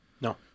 No